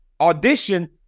audition